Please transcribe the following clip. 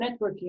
networking